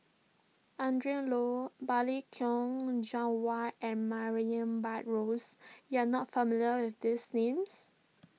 Adrin Loi Balli Kaur Jaswal and Murray Buttrose you are not familiar with these names